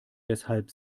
weshalb